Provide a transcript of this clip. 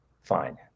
fine